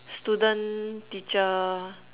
student teacher